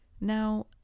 Now